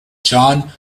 john